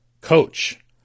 coach